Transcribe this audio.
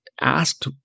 asked